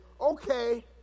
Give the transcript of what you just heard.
okay